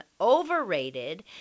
overrated